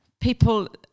people